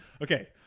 Okay